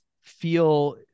feel